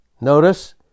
Notice